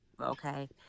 okay